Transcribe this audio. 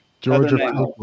Georgia